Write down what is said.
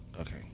Okay